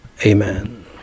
Amen